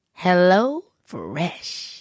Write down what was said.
HelloFresh